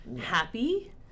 happy